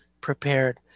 prepared